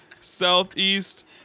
southeast